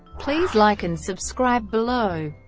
please like and subscribe below.